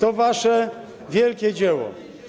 To wasze wielkie dzieło.